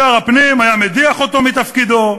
שר הפנים היה מדיח אותו מתפקידו.